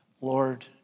Lord